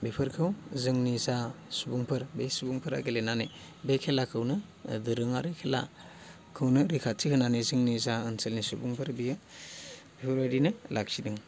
बेफोरखौ जोंनि जा सुबुंफोर बे सुबुंफोरा गेलेनानै बे खेलाखौनो दोरोङारि खेला खौनो रैखाथि होनानै जोंनि जा ओनसोलनि सुबुंफोर बेयो बेफोरबायदिनो लाखिदों